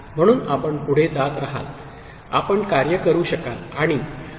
आहे म्हणून आपण पुढे जात रहाल आपण कार्य करू शकाल